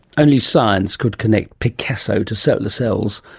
only science could connect picasso to solar cells.